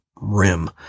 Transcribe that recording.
rim